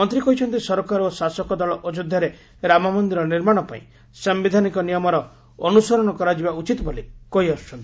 ମନ୍ତ୍ରୀ କହିଛନ୍ତି ସରକାର ଓ ଶାସକ ଦଳ ଅଯୋଧ୍ୟାରେ ରାମମନ୍ଦିର ନିର୍ମାଣ ପାଇଁ ସାଧ୍ଯିଧାନିକ ନିୟମର ଅନୁସରଣ କରାଯିବା ଉଚିତ୍ ବୋଲି କହି ଆସୁଛନ୍ତି